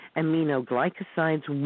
aminoglycosides